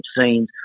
scenes